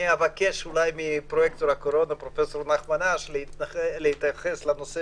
אבקש מפרופסור אש להתייחס לנושא